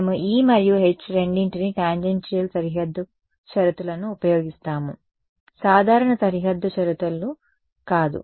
మేము E మరియు H రెండింటికీ టాంజెన్షియల్ సరిహద్దు షరతులను ఉపయోగిస్తాము సాధారణ సరిహద్దు షరతులు కాదు